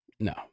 No